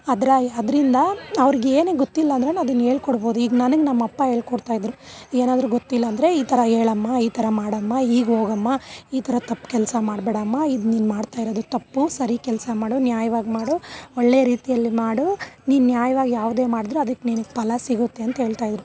ಅದ್ರ ಅದ್ರಿಂದ ಅವ್ರಿಗೇನೇ ಗೊತ್ತಿಲ್ಲ ಅಂದ್ರೂ ಅದನ್ನು ಹೇಳ್ಕೊಡ್ಬೋದು ಈಗ ನನಗೆ ನಮ್ಮಪ್ಪ ಹೇಳ್ಕೊಡ್ತಾಯಿದ್ರು ಏನಾದ್ರು ಗೊತ್ತಿಲ್ಲಾಂದ್ರೆ ಈ ಥರ ಹೇಳಮ್ಮ ಈ ಥರ ಮಾಡಮ್ಮ ಈಗ ಹೋಗಮ್ಮ ಈ ಥರ ತಪ್ಪು ಕೆಲಸ ಮಾಡಬೇಡಮ್ಮ ಇದು ನೀನು ಮಾಡ್ತಾಯಿರೋದು ತಪ್ಪು ಸರಿ ಕೆಲಸ ಮಾಡು ನ್ಯಾಯ್ವಾಗಿ ಮಾಡು ಒಳ್ಳೇ ರೀತಿಯಲ್ಲಿ ಮಾಡು ನೀನು ನ್ಯಾಯವಾಗಿ ಯಾವುದೇ ಮಾಡಿದ್ರು ಅದಕ್ಕೆ ನಿನಗೆ ಫಲ ಸಿಗುತ್ತೆ ಅಂತ ಹೇಳ್ತಾಯಿದ್ರು